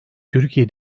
türkiye